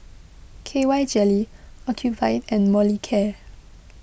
K Y Jelly Ocuvite and Molicare